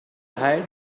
hide